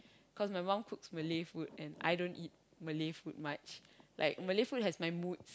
cause my mum cooks Malay food and I don't eat Malay food much like Malay food has my moods